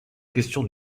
question